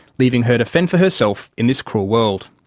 leaving her to fend for herself in this cruel world.